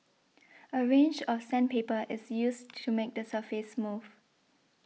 a range of sandpaper is used to make the surface smooth